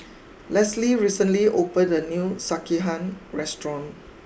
Leslie recently opened a new Sekihan restaurant